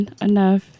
Enough